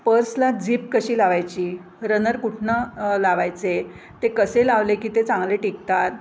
पर्सला zip कशी लावायची runner कुठणं लावायचे ते कसे लावले की ते चांगले टिकतात